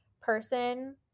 person